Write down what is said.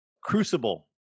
Crucible